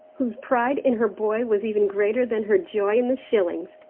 whose pride in her boy was even greater than her joy in the shillings.